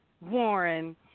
Warren